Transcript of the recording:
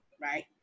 right